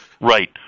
right